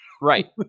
Right